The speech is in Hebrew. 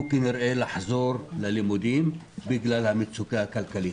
כנראה לחזור ללימודים בגלל המצוקה הכלכלית.